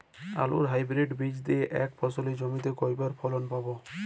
আলুর হাইব্রিড বীজ দিয়ে এক ফসলী জমিতে কয়বার ফলন পাব?